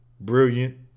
brilliant